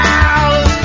out